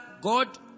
God